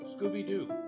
Scooby-Doo